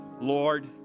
lord